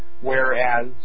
Whereas